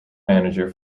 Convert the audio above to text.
manager